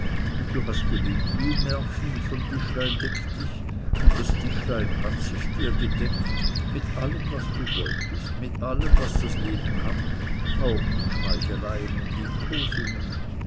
du hast gelebt wie im märchen von tischlein decke dich und das tischlein hat sich dir gedeckt mit allem was du wolltest mit allem was das leben hat auch mit schmeicheleien und liebkosungen